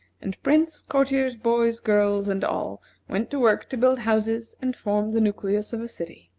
and prince, courtiers, boys, girls, and all went to work to build houses and form the nucleus of a city.